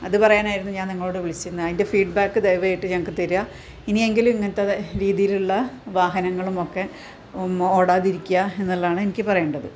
അത് പറയാനായിരുന്നു ഞാൻ നിങ്ങളോട് വിളിച്ചിരുന്നത് അതിൻറ്റെ ഫീഡ്ബാക്ക് ദയവു ചെയ്തിട്ട് ഞങ്ങൾക്ക് തരുക ഇനിയെങ്കിലും ഇങ്ങനത്തെ രീതിയിലുള്ള വാഹനങ്ങളുമൊക്കെ ഓടാതിരിക്കുക എന്നുള്ളതാണ് എനിക്ക് പറയേണ്ടത്